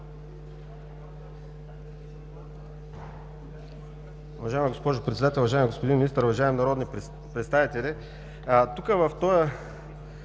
Уважаема госпожо Председател, уважаеми господин Министър, уважаеми народни представители! Уважаеми